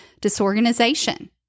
disorganization